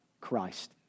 Christ